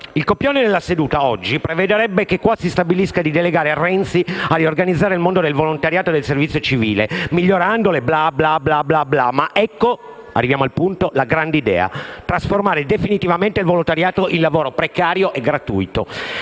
Il copione della seduta prevedrebbe che qua ora si stabilisca di delegare Renzi a riorganizzare il mondo del volontariato e del servizio civile, migliorandolo, bla, bla, bla, bla; ma ecco - arriviamo al punto - la grande idea: trasformare definitivamente il volontariato in lavoro precario e gratuito.